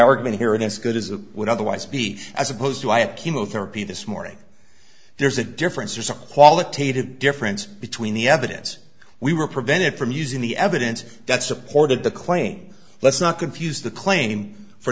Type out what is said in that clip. argument here and it's good as it would otherwise be as opposed to i have chemotherapy this morning there's a difference there's a qualitative difference between the evidence we were prevented from using the evidence that supported the claim let's not confuse the claim for